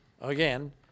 again